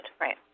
Right